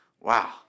Wow